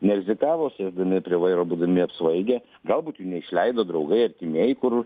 nerizikavo sėsdami prie vairo būdami apsvaigę galbūt jų neišleido draugai artimieji kur